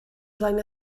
flaen